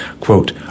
Quote